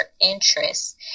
interests